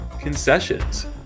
concessions